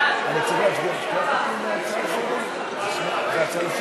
ההצעה להפוך את הצעת